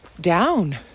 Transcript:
down